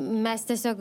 mes tiesiog